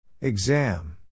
Exam